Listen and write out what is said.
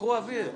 קחו אוויר.